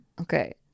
okay